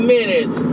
Minutes